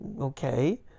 okay